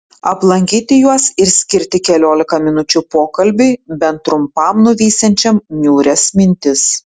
aplankyti juos ir skirti keliolika minučių pokalbiui bent trumpam nuvysiančiam niūrias mintis